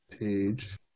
page